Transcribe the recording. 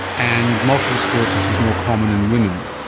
and multiple sclerosis is more common in women.